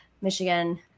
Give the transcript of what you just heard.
Michigan